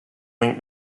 link